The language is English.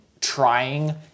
trying